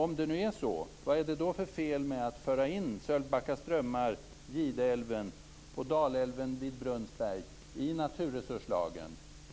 Om det nu är så, vad är det då för fel med att föra in Sölvbacka strömmar, Gideälven och Dalälven vid Brunnsberg i naturresurslagen,